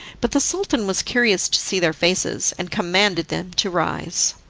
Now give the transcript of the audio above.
but the sultan was curious to see their faces, and commanded them to rise.